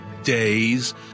Days